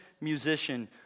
musician